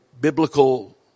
biblical